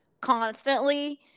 constantly